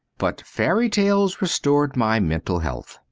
but fairy-tales restored my mental health.